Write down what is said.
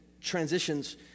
transitions